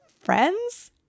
friends